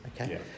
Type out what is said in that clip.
Okay